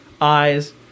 eyes